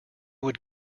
would